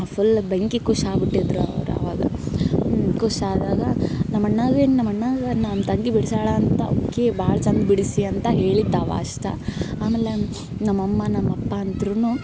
full ಬೆಂಕಿ ಖುಷ್ಷಾಗ್ಬಿಟ್ಟಿದ್ದರು ಅವ್ರು ಅವಾಗ ಖುಷ್ಷಾದಾಗ ನಮ್ಮಣ್ಣಾಗೆ ನಮ್ಮಣ್ಣಾಗ ನನ್ನ ತಂಗಿ ಬಿಡ್ಸ್ಯಾಳ ಅಂತ ಅಕಿ ಭಾಳ ಚಂದ್ ಬಿಡಿಸಿ ಅಂತ ಹೇಳಿದ್ದ ಅವ ಅಷ್ಟ ಆಮೇಲೆ ನಮ್ಮಮ್ಮ ನಮ್ಮಪ್ಪ ಅಂತ್ರುನು